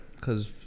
Cause